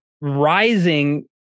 rising